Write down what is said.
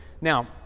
Now